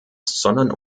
sondern